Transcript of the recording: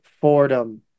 Fordham